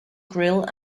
grille